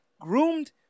groomed